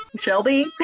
Shelby